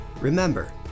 Remember